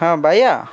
ହଁ ବାୟା